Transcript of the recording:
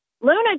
Luna